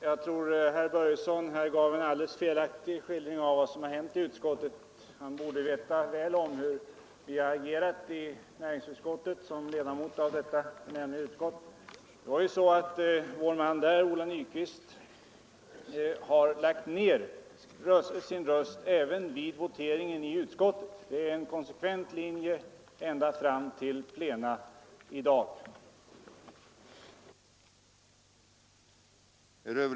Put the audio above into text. Herr talman! Herr Börjesson i Glömminge gav en alldeles felaktig skildring av vad som hänt i utskottet. Han borde väl veta om hur folkpartiet agerade i näringsutskottet, eftersom han är ledamot av utskottet. Vår man där, herr Ola Nyquist, avstod från att rösta vid voteringen — dvs. att han handlade på samma sätt som vi avser att göra vid dagens röstning i plenum. Det är inte fråga om något ändrat ställningstagande. Det är en konsekvent linje ända fram till plenum i dag.